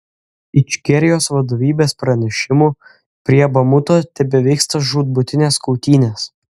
ičkerijos vadovybės pranešimu prie bamuto tebevyksta žūtbūtinės kautynės